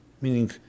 meaning